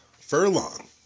furlong